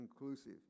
inclusive